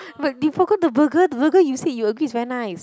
but you forgot the burger the burger you said you agree it's very nice